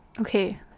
Okay